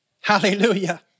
Hallelujah